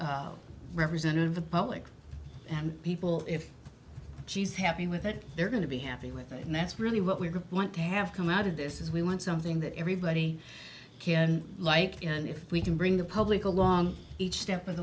great representative of the public and people if she's happy with it they're going to be happy with it and that's really what we want to have come out of this is we want something that everybody can like and if we can bring the public along each step